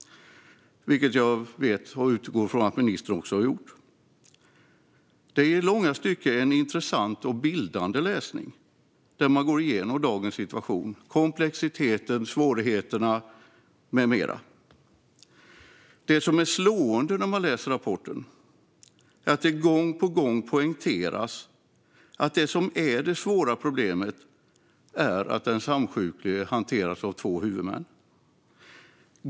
Jag utgår från att ministern också har gjort det. Det är i långa stycken en intressant och bildande läsning där man går igenom dagens situation, komplexiteten, svårigheterna med mera. Det som är slående när man läser rapporten är att det gång på gång poängteras att det svåra problemet är att den samsjuklige hanteras av två huvudmän.